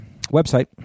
website